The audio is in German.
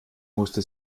musste